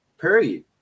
period